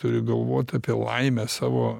turi galvot apie laimę savo